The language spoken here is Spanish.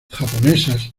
japonesas